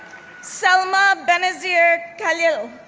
selma benazir khalil,